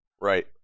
Right